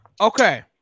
Okay